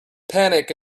panic